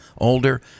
older